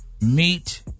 meet